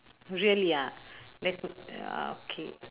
really ah let uh okay